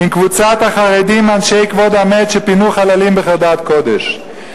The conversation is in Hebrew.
עם קבוצת החרדים אנשי כבוד המת שפינו חללים בחרדת קודש.